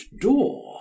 door